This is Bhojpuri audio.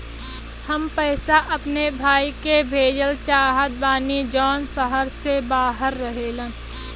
हम पैसा अपने भाई के भेजल चाहत बानी जौन शहर से बाहर रहेलन